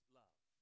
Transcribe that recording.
love